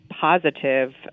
positive